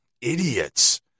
idiots